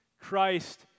Christ